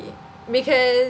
because